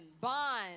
Bond